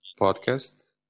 podcast